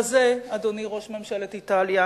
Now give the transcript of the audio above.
בזה, אדוני ראש ממשלת איטליה,